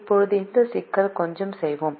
இப்போது இந்த சிக்கலில் கொஞ்சம் செய்வோம்